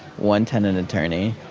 one tenant attorney,